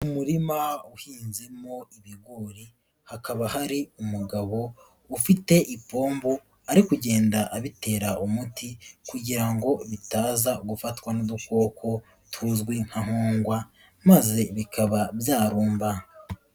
Mu umurima uhinzemo ibigori hakaba hari umugabo ufite ipombo ari kugenda abitera umuti kugira ngo bitaza gufatwa n'udukoko tuzwi nka nkongwa maze bikaba byarumba.